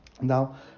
Now